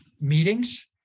meetings